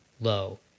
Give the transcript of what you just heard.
low